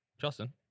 Justin